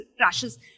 crashes